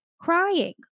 crying